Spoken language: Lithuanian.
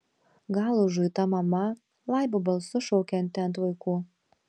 gal užuita mama laibu balsu šaukianti ant vaikų